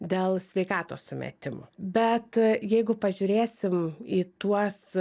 dėl sveikatos sumetimų bet jeigu pažiūrėsim į tuos